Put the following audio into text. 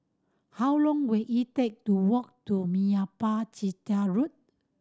how long will it take to walk to Meyappa Chettiar Road